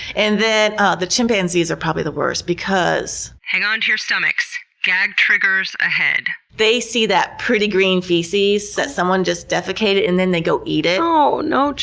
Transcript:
and then the chimpanzees are probably the worst because, hang on your stomachs gag triggers ahead, they see that pretty green feces that someone just defecated, and then they go eat it. ohhh no,